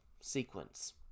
sequence